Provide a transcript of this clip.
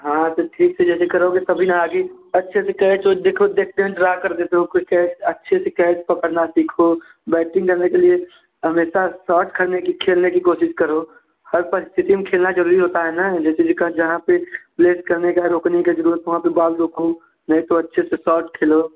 हाँ तो ठीक से यदि करोगे तभी ना आगे अच्छे से कहें तो देखो देखते हैं अच्छे से कैच पकड़ना सीखो बैटिंग करने के लिए हमेशा शॉट खरने की खेलने की कोशिश करो हर परिस्थिति में खेलना ज़रूरी होता है ना जैसे विकट जहाँ पर लेग करने का रोकने का ज़रूरत वहाँ पर बॉल रोको नहीं तो अच्छे से शॉट खेलो